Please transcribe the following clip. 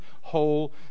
whole